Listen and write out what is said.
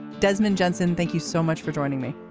desmond johnson, thank you so much for joining me.